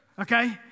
Okay